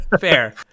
fair